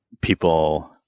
people